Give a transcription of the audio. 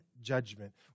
judgment